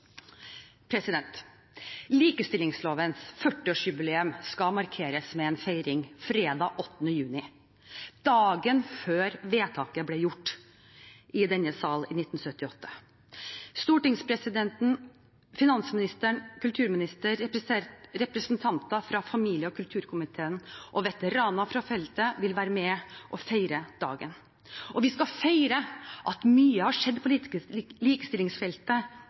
Likestillingslovens 40-årsjubileum skal markeres med en feiring fredag 8. juni, dagen før vedtaket ble gjort i denne sal i 1978. Stortingspresidenten, finansministeren, kulturministeren, representanter fra familie- og kulturkomiteen og veteraner fra feltet vil være med og feire dagen. Vi skal feire at mye har skjedd på